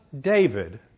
David